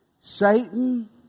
Satan